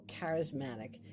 charismatic